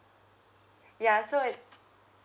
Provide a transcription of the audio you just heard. ya so it's